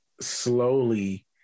slowly